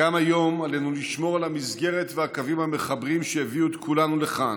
וגם היום עלינו לשמור על המסגרת והקווים המחברים שהביאו את כולנו לכאן,